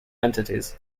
entities